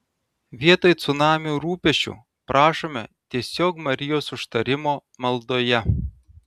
vietoj cunamio rūpesčių prašome tiesiog marijos užtarimo maldoje